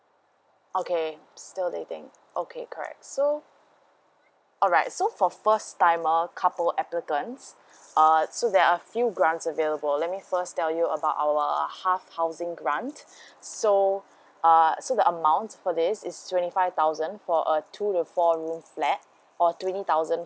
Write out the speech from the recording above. okay still dating okay alright so alright so for first timer couple applicants err so there are few grants available let my first tell you about our half housing grant so err so the amount for this is twenty five thousand for a two to four room flat or twenty thousand